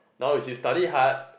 now is if study hard